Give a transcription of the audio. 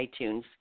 iTunes